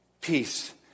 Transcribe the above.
peace